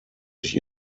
sich